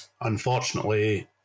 unfortunately